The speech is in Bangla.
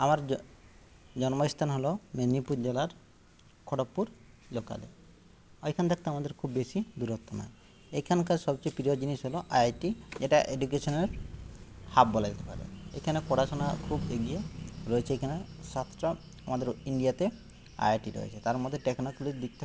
আমার জন্মস্থান হল মেদিনীপুর জেলার খড়গপুর লোকালে এখান থাকতে আমার খুব বেশি দূরত্ব না এখনকার সবচেয়ে প্রিয় জিনিস হল আইআইটি যেটা এডুকেশনাল হাব বলা যেতে পারে এখানে পড়াশুনা খুব এগিয়ে রয়েছে এখানে সাতটা আমাদের ইণ্ডিয়াতে আইআইটি রয়েছে তার মধ্যে দিক থেকে